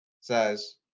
says